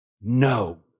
No